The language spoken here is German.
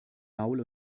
maul